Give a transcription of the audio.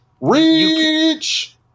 Reach